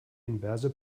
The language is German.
inverse